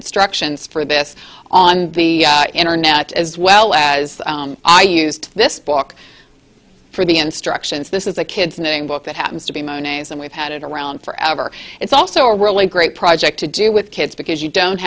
instructions for this on the internet as well as i used this book for the instructions this is a kid's name book that happens to be monet's and we've had it around forever it's also a really great project to do with kids because you don't